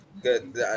good